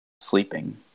sleeping